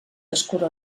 escura